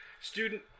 Student